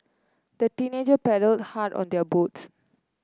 the teenagers paddled hard on their boats